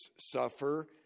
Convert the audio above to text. suffer